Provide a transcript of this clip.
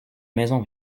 maison